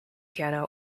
piano